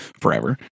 forever